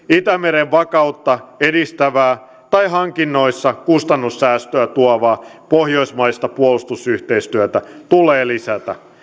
itämeren vakautta edistävää tai hankinnoissa kustannussäästöä tuovaa pohjoismaista puolustusyhteistyötä tulee lisätä